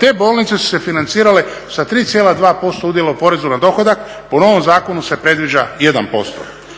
te bolnice su se financirale sa 3,2% udjela u porezu na dohodak, po novom zakonu se predviđa 1%.